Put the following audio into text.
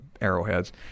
arrowheads